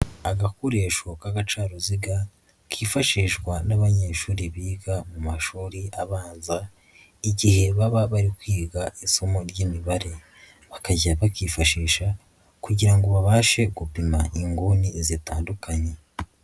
Agakoresho k'agaca uruziga kifashishwa n'abanyeshuri biga mu mashuri abanza igihe baba bari kwiga isomo ry'imibare, bakajya bakifashisha kugira ngo babashe gupima inguni zitandukanye.